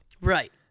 Right